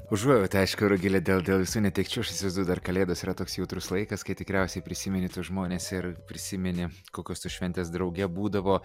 užuojauta aišku rugile dėl dėl visų netekčių aš įsivaizduoju dar kalėdos yra toks jautrus laikas kai tikriausiai prisimeni tuos žmones ir prisimeni kokios tos šventės drauge būdavo